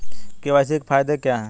KYC के फायदे क्या है?